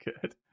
good